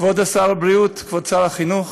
כבוד שר הבריאות, כבוד שר החינוך,